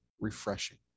refreshing